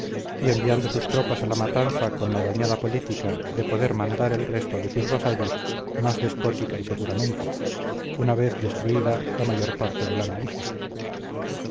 y enviado sus tropas a la matanza con la dañada política de poder mandar al resto de sus vasallos más despótica y seguramente una vez destruida la mayor parte de la milicia